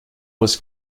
was